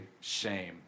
shame